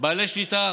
בעלי שליטה